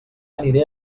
aniré